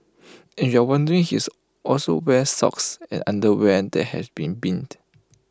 and if you're wondering he's also wears socks and underwear that has been binned